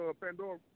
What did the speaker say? Pandora